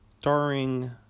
starring